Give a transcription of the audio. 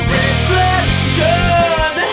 reflection